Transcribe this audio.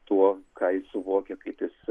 tuo ką jis suvokia kaip jis